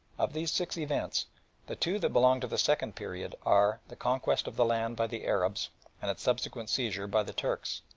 of these six events the two that belong to the second period are, the conquest of the land by the arabs and its subsequent seizure by the turks.